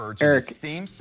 Eric